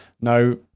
No